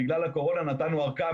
בגלל הקורונה נתנו אורכה.